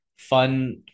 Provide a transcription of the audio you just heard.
fun